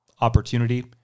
opportunity